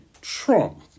Trump